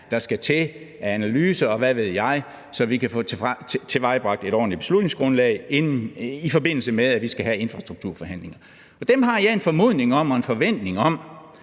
der skal til af analyser, og hvad ved jeg, så vi kan få tilvejebragt et ordentligt beslutningsgrundlag i forbindelse med, at vi skal have infrastrukturforhandlingerne. Dem har jeg en formodning om og en forventning om